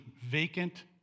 vacant